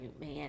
man